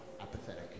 apathetic